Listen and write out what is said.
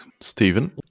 Stephen